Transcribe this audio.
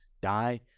die